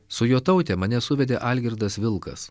su jotaute mane suvedė algirdas vilkas